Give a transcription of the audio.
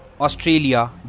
Australia